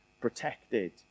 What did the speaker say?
protected